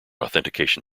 authentication